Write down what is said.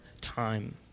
time